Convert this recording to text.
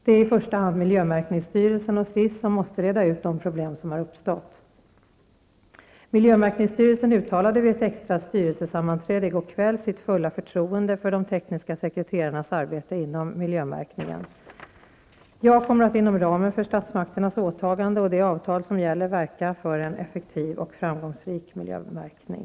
Det är i första hand miljömärkningsstyrelsen och SIS som måste reda ut de problem som har uppstått. Miljömärkningsstyrelsen uttalade vid ett extra styrelsesammanträde i går kväll sitt fulla förtroende för de tekniska sekreterarnas arbete inom miljömärkningen. Jag kommer att inom ramen för statsmakternas åtagande och det avtal som gäller verka för en effektiv och framgångsrik miljömärkning.